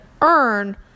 earn